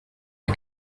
are